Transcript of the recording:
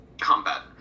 combat